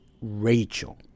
rachel